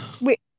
Wait